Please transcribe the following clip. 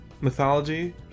mythology